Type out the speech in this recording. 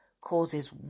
causes